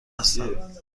هستند